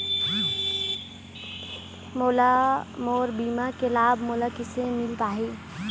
मोला मोर बीमा के लाभ मोला किसे मिल पाही?